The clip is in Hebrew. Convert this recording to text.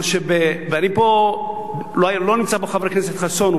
לא נמצא פה חבר הכנסת חסון.